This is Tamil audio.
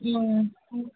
ம் ம்